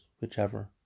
whichever